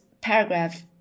paragraph